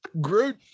Groot